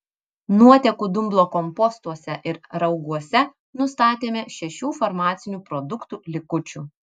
nuotekų dumblo kompostuose ir rauguose nustatėme šešių farmacinių produktų likučių